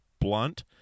blunt